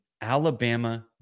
Alabama